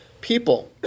people